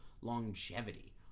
Longevity